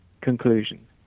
conclusion